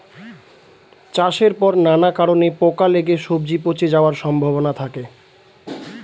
চাষের পর নানা কারণে পোকা লেগে সবজি পচে যাওয়ার সম্ভাবনা থাকে